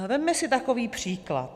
Vezměme si takový příklad.